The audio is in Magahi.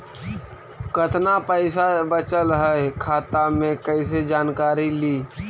कतना पैसा बचल है खाता मे कैसे जानकारी ली?